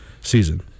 season